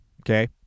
Okay